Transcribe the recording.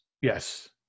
Yes